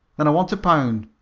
then i want a pound.